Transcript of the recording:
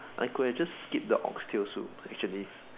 I could have just skipped the ox tail soup actually